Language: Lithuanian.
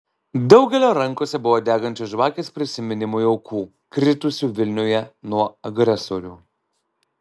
daugelio rankose buvo degančios žvakės prisiminimui aukų kritusių vilniuje nuo agresorių